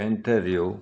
interview